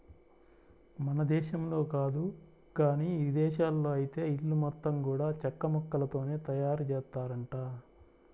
మన దేశంలో కాదు గానీ ఇదేశాల్లో ఐతే ఇల్లు మొత్తం గూడా చెక్కముక్కలతోనే తయారుజేత్తారంట